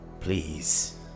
Please